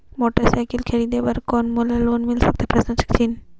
Motorcycle खरीदे बर कौन मोला लोन मिल सकथे?